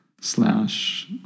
slash